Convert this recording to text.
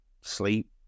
sleep